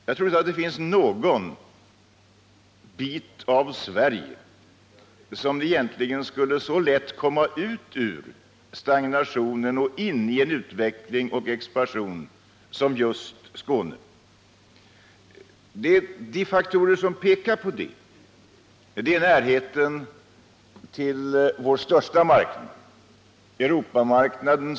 Jag tror inte att det egentligen finns någon del av Sverige som så lätt skulle kunna komma ut ur stagnationen och in i utveckling och expansion som just Skåne. De faktorer som pekar på detta är för det första närheten till vår största marknad, Europamarknaden.